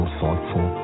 thoughtful